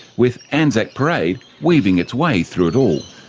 with anzac parade weaving its way through it all.